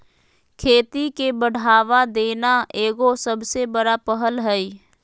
खेती के बढ़ावा देना एगो सबसे बड़ा पहल हइ